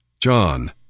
John